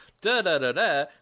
da-da-da-da